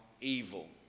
evil